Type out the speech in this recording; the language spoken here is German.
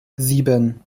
sieben